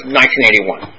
1981